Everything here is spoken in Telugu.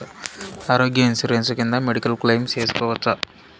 ఆరోగ్య ఇన్సూరెన్సు కింద మెడికల్ క్లెయిమ్ సేసుకోవచ్చా?